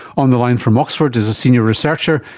on the line from oxford is a senior researcher,